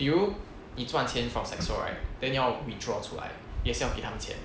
比如你赚钱 from saxo right then 你要 withdraw 出来也是要给他们钱